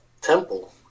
temple